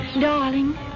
Darling